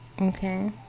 Okay